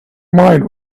mind